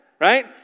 right